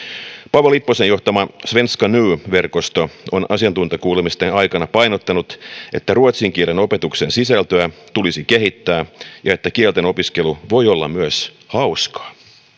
paavo lipposen johtama svenska nu verkosto on asiantuntijakuulemisen aikana painottanut että ruotsin kielen opetuksen sisältöä tulisi kehittää ja että kieltenopiskelu voi olla myös hauskaa